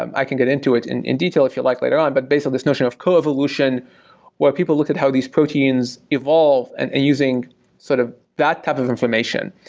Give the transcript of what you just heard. i can get into it in in detail if you like later on. but basically this notion of coevolution where people looked at how these proteins evolved and and using sort of that type of information.